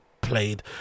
played